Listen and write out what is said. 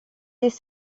des